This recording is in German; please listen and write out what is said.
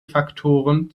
faktoren